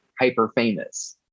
hyper-famous